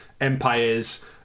Empires